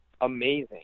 amazing